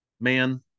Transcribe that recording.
man